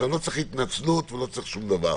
לא צריך התנצלות ולא שום דבר.